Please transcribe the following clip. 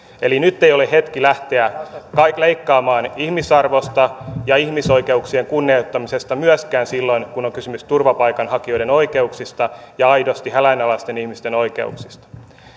eli nyt ei ole hetki lähteä leikkaamaan ihmisarvosta ja ihmisoikeuksien kunnioittamisesta myöskään silloin kun on kysymys turvapaikanhakijoiden oikeuksista ja aidosti hädänalaisten ihmisten oikeuksista